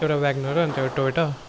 एउटा वेगनर र अन्त एउटा टोयोटा